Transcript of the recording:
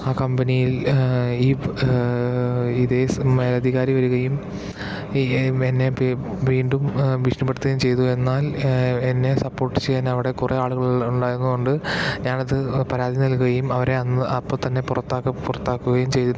ആ കമ്പനിയില് ഈ ഇതേ മേലധികാരി വരികയും എന്നെ വീണ്ടും ഭീഷണിപ്പെടുത്തുകയും ചെയ്തു എന്നാല് എന്നെ സപ്പോര്ട്ട് ചെയ്യാന് അവിടെ കുറേ ആളുകള് ഉണ്ടായിരുന്നത് കൊണ്ടു ഞാൻ അത് പരാതി നല്കുകയും അവരെ അന്ന് അപ്പോൾ തന്നെ പുറത്താ പുറത്താക്കുകയും ചെയ്തിരുന്നു